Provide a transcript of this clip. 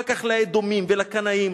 אחר כך לאדומים ולקנאים.